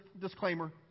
disclaimer